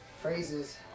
phrases